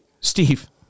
Steve